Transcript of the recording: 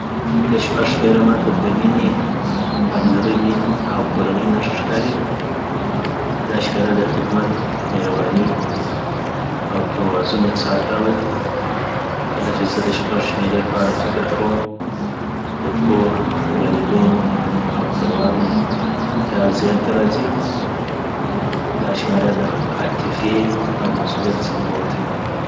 د شپژ شمېره ماته د مینې، پاملرنې او کورنۍ نښه ښکاري دا شمېره د خدمت، مهربانۍ او توازن احساس راولي کله چې زه د شپژ شمېرې په اړه فکر کوم د کور، والدینو او د خپلوانو خیال ذهن ته راځي دا شمېره د عاطفې او مسؤلیت سمبول دي